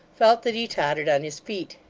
felt that he tottered on his feet.